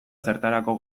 zertarako